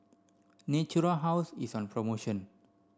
Natura House is on promotion